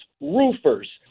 Roofers